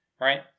right